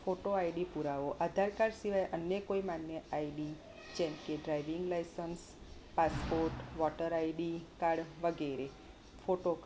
photo ID પુરાવો આધારકાર્ડ સિવાય અન્ય કોઈ માન્ય આઈડી જેમકે driving licence passport voter ID card વગેરે ફોટો